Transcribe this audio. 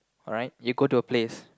alright you go to a place